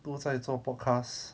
都在做 podcast